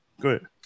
good